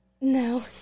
No